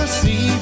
see